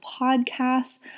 Podcasts